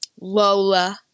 Lola